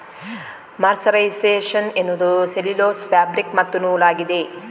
mercerisation ಎನ್ನುವುದು cellulose fabric ಮತ್ತು ನೂಲಾಗಿದೆ